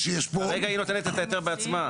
כרגע היא נותנת את ההיתר בעצמה.